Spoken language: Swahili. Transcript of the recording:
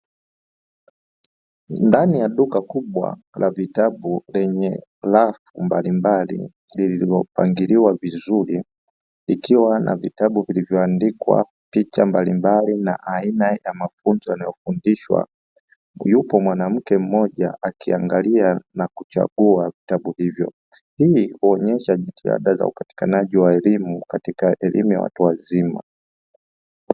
Ndani ya duka kubwa la vitabu lenye rafu mbalimbali zilizopangiliwa vizuri, zikiwa na vitabu vilivyoandikwa picha mbalimbali na aina ya mafunzo yanayofundishwa. Yupo mwanamke mmoja akiangalia na kuchagua vitabu hivyo. Hii huonyesha jitihada za upatikanaji wa elimu katika elimu ya watu wazima.